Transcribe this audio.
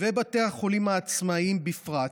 ושל בתי החולים העצמאיים בפרט.